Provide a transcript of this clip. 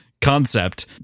concept